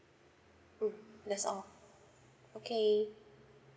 mm that's all okay